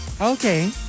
Okay